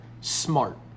smart